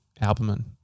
albumin